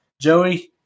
Joey